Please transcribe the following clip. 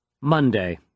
Monday